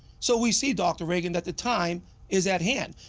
so we see dr. reagan that the time is at hand.